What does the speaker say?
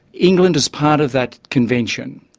england is part of that convention,